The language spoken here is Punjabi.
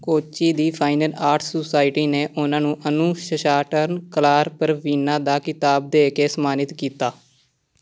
ਕੋਚੀ ਦੀ ਫਾਈਨ ਆਰਟਸ ਸੁਸਾਇਟੀ ਨੇ ਉਨ੍ਹਾਂ ਨੂੰ ਅਨੁਸ਼ਟਨਾਕਲਾਪਰਵੀਨਾ ਦਾ ਖਿਤਾਬ ਦੇ ਕੇ ਸਨਮਾਨਿਤ ਕੀਤਾ